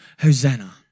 Hosanna